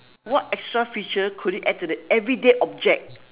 what extra feature could you add to the everyday object